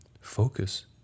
Focus